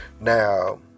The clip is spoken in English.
Now